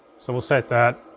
so we'll set that.